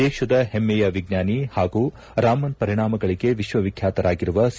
ದೇಶದ ಹಮ್ನೆಯ ವಿಜ್ಞಾನಿ ಹಾಗೂ ರಾಮನ್ ಪರಿಣಾಮಗಳಿಗೆ ವಿಶ್ವವಿಖ್ನಾತರಾಗಿರುವ ಸಿ